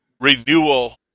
renewal